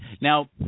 Now